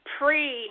pre